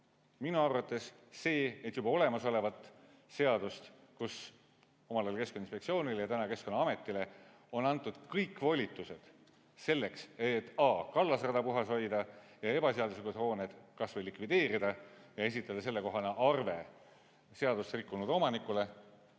Minu arvates see, et juba olemasolevat seadust, kus omal ajal keskkonnainspektsioonile ja täna Keskkonnaametile on antud kõik volitused selleks, et kallasrada puhas hoida ja ebaseaduslikud hooned kas või likvideerida ja esitada sellekohane arve seadust rikkunud omanikule